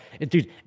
Dude